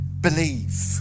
believe